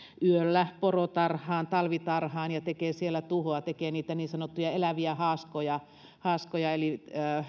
yöllä porotarhaan talvitarhaan ja tekee siellä tuhoa tekee niitä niin sanottuja eläviä haaskoja haaskoja eli